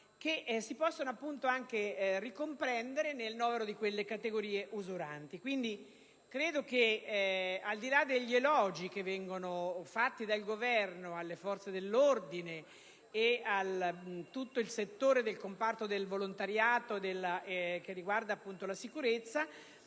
che si possono ricomprendere nel novero di quelle categorie usuranti. Quindi, al di là degli elogi che vengono fatti dal Governo alle forze dell'ordine e a tutto il settore del comparto del volontariato che riguarda la sicurezza,